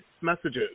messages